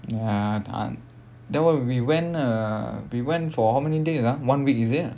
ya and that [one] we went uh we went for how many days ah one week is it